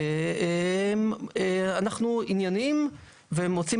ברמה העובדתית אנחנו ענייניים ומוצאים